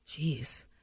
Jeez